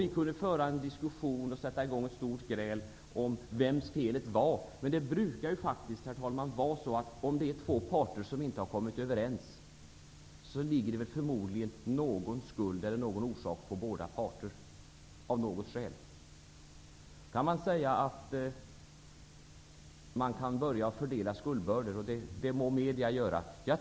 Vi satte då i gång en diskussion och ett stort gräl om vems felet var, men om två parter inte kommer överens, ligger det väl någon skuld på båda parter. Kan man säga att man kan börja att fördela skuldbördor? Det må medier säga.